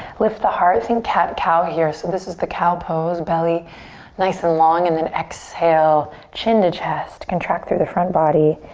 lift the heart. think cat-cow here. so this is the cow pose. belly nice and long and then exhale chin to chest. contact through the front body,